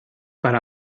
para